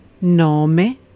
Nome